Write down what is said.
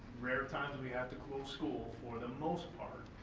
rare times we have to close school, for the most part,